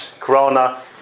corona